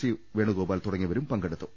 C Venugopal തുടങ്ങിയവരും പങ്കെടുത്തു